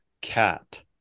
cat